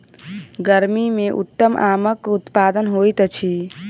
गर्मी मे उत्तम आमक उत्पादन होइत अछि